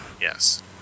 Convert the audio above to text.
Yes